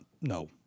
no